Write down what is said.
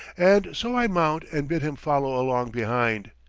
and so i mount and bid him follow along behind.